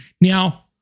Now